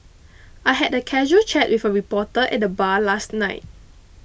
I had a casual chat with a reporter at the bar last night